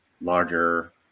larger